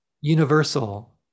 universal